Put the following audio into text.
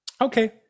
Okay